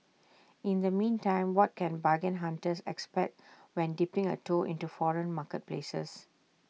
in the meantime what can bargain hunters expect when dipping A toe into foreign marketplaces